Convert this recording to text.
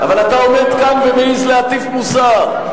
אבל אתה עומד כאן ומעז להטיף מוסר.